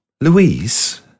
Louise